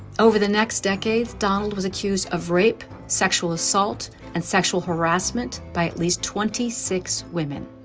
over the next decades donald was accused of rape, sexual assault and sexual harassment by at least twenty six women.